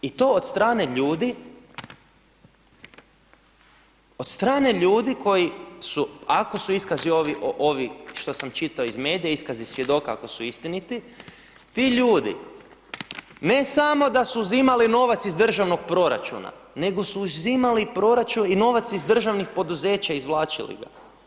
I to od strane ljudi, od strane ljudi koji su, ako su iskazi ovi što sam čitao iz medija, iskazi svjedoka ako su istiniti, ti ljudi ne samo da su uzimali novac iz državnog proračuna nego su uzimali i novac iz državnih poduzeća, izvlačili ga.